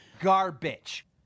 Garbage